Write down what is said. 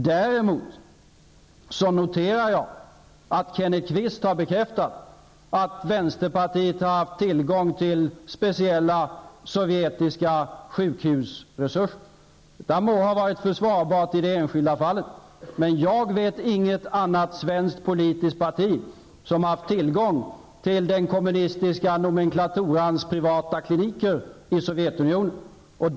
Däremot noterar jag att Kenneth Kvist har bekräftat att vänsterpartiet har haft tillgång till speciella sovjetiska sjukhusresurser. Detta må ha varit försvarbart i det enskilda fallet, men jag vet inget annat svenskt politiskt parti som har haft tillgång till den kommunistiska nomenklaturans privata kliniker i Sovjetunionen.